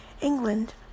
England